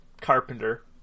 Carpenter